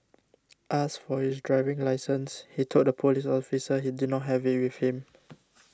asked for his driving licence he told the police officer he did not have it with him